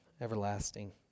everlasting